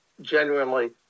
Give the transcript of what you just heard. genuinely